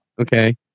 okay